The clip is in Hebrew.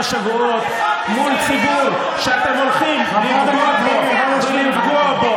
שבועות מול ציבור שאתם הולכים לפגוע בו,